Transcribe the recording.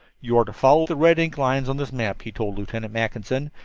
you are to follow the red-ink lines on this map, he told lieutenant mackinson,